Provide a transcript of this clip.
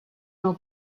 meu